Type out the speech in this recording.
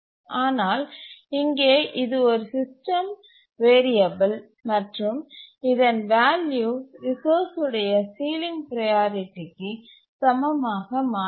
ஆனால் இங்கே இது ஒரு சிஸ்டம் வேறியபில் மட்டுமே மற்றும் இதன் வேல்யூ ரிசோர்ஸ் உடைய சீலிங் ப்ரையாரிட்டிக்கு சமமாக மாறாது